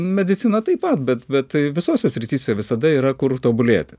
medicina taip pat bet bet tai visose srityse visada yra kur tobulėti